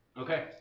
Okay